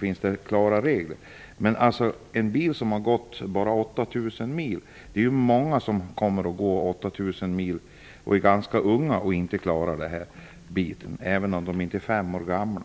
Men det gäller bilar som bara gått 8 000 Det är många bilar som kommer att gå över 8 000 mil, och som är ganska nya. De klarar inte bestämmelserna, även om de inte är fem år gamla.